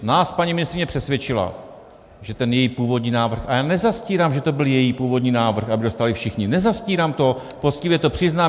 Nás paní ministryně přesvědčila, že ten její původní návrh, a já nezastírám, že to byl její původní návrh, aby dostali všichni, nezastírám to, poctivě to přiznám.